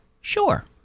sure